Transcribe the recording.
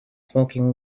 smoking